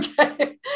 okay